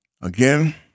Again